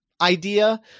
idea